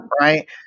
Right